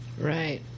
right